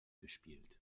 gespielt